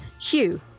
Hugh